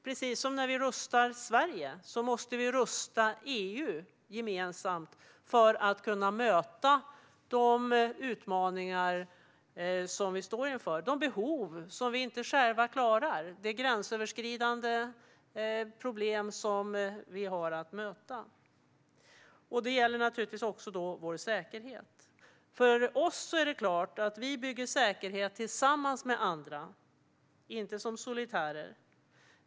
Precis som när vi rustar Sverige måste vi gemensamt rusta EU för att kunna möta de utmaningar som vi står inför, de behov som vi inte själva klarar att tillgodose och de gränsöverskridande problem som vi har att möta. Detta gäller naturligtvis också vår säkerhet. För oss är det klart att vi bygger säkerhet tillsammans med andra - inte som solitärer.